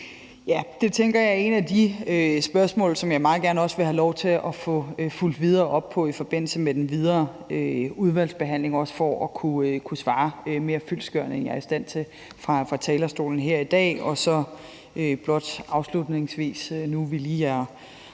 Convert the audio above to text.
Jeg tænker, at det er et af de spørgsmål, som jeg meget gerne vil have lov til at få fulgt op på i forbindelse med den videre udvalgsbehandling, også for at kunne svare mere fyldestgørende, end jeg er i stand til fra talerstolen her i dag. Så vil jeg blot afslutningsvis, nu vi lige